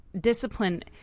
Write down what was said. discipline